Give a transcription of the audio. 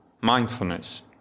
mindfulness